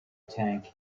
tank